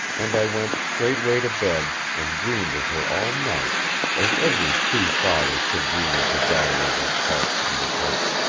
and i went straightway to bed, and dreamed of her all night as every true father should dream of the daughter of his heart and his hope.